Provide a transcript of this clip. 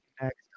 next